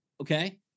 Okay